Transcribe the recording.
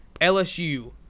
LSU